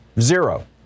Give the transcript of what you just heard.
Zero